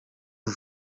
een